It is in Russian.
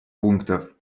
пунктов